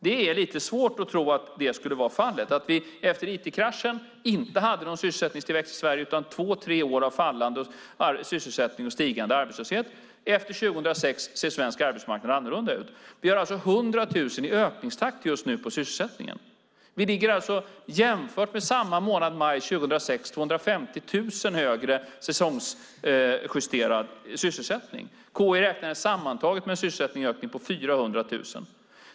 Det är lite svårt att tro att det skulle vara fallet. Efter it-kraschen hade vi inte någon sysselsättningstillväxt i Sverige utan två tre år av fallande sysselsättning och stigande arbetslöshet. Efter 2006 ser svensk arbetsmarknad annorlunda ut. Vi har alltså en ökningstakt just nu på 100 000 personer i sysselsättningen. Vi ligger jämfört med samma månad, maj 2006, 250 000 högre i säsongsjusterad sysselsättning. Konjunkturinstitutet räknar sammantaget med en sysselsättningsökning på 400 000.